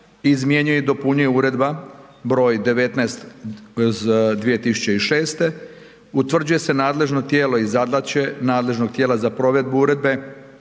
izmjenjuje i dopunjuje Uredba br. 1907/2006 utvrđuje se nadležno tijelo i zadaće nadležnog tijela za provedbu Uredbe